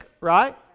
right